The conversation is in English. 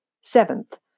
Seventh